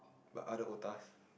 but other otahs